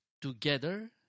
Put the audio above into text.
Together